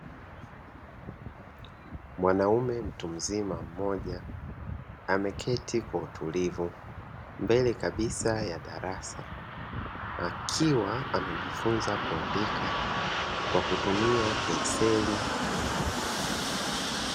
Mwanaume mtu mzima mmoja, ameketi kwa utulivu mbele kabisa ya darasa, akiwa anajifunza kuandika kwa kutumia penseli.